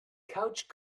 couch